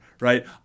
right